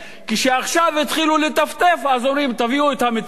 כשעכשיו התחיל לטפטף אז אומרים: תביאו את המטריות,